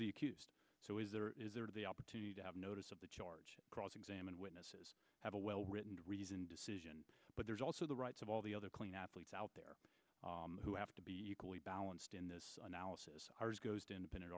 the accused so is there is there the opportunity to have notice of the charge cross examine witnesses have a well written reasoned decision but there's also the rights of all the other clean athletes out there who have to be equally balanced in this analysis goes to independent